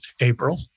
April